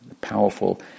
Powerful